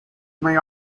may